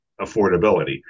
affordability